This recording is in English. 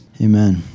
Amen